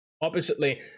Oppositely